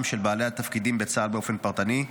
של בעלי תפקידים בצה"ל באופן פרטני,